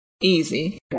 easy